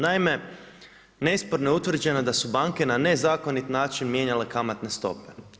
Naime, nesporno je utvrđeno da su banke na nezakonit način mijenjale kamatne stope.